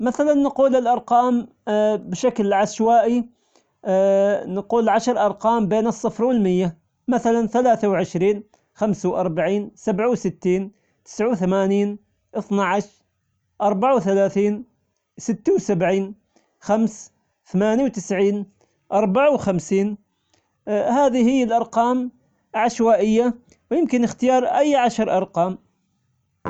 مثلا نقول الأرقام بشكل عشوائي نقول عشر أرقام بين الصفر والمائة مثلا ثلاثة وعشرين، خمسة وأربعين، سبعة وستين، تسعة وثمانين، اثنا عشر، أربعة وثلاثين، ستة وسبعين، خمس، ثمانية وتسعين، أربعة وخمسين، هذه الأرقام عشوائية، ويمكن إختيار أي عشر أرقام.